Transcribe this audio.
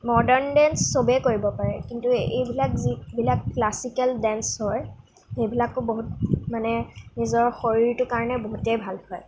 modern dance চবেই কৰিব পাৰে কিন্তু এইবিলাক যিবিলাক ক্লাছিকেল ডেন্স হয় সেইবিলাকো বহুত মানে নিজৰ শৰীৰটোৰ কাৰণে বহুতেই ভাল হয়